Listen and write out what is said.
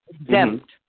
exempt